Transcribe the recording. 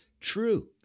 true